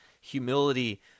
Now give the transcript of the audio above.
humility